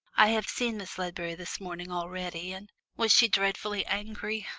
i have seen miss ledbury this morning already, and was she dreadfully angry?